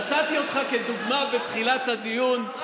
נתתי אותך כדוגמה בתחילת הדיון,